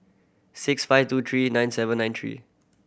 six five two three nine seven nine three